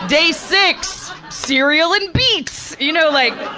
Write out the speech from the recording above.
day six, cereal and beets! you know like